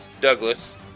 Douglas